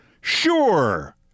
sure